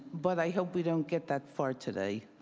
but i hope we don't get that far today.